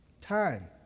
Time